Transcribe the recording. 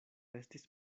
estis